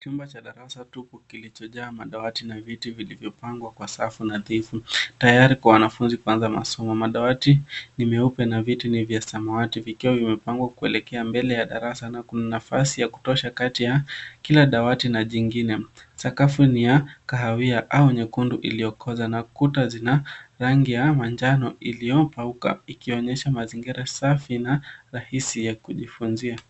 Chumba cha darasa tupu kilichojaa madawati na viti vilivyopangwa kwa safu nadhifu tayari kwa wanafunzi kuanza masomo. Madawati ni meupe na viti ni vya samawati vikiwa vimepangwa kuelekea mbele ya darasa na kuna nafasi ya kutosha kati ya kila dawati na jingine. Sakafu ni ya kahawia au nyekundu iliyokoza na kuta zina rangi ya manjano iliyokauka ikionyesha mazingira safi na rahisi ya kujifunza.